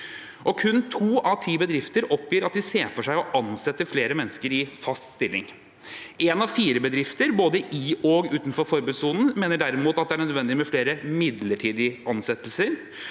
Kun to av ti bedrifter oppgir at de ser for seg å ansette flere mennesker i fast stilling. En av fire bedrifter, både i og utenfor forbudssonen, mener derimot at det er nødvendig med flere midlertidige ansettelser,